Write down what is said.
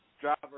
driver